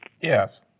Yes